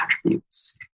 attributes